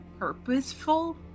purposeful